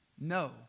No